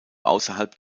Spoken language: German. außerhalb